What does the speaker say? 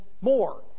more